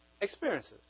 experiences